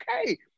okay